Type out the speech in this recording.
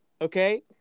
okay